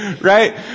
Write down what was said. Right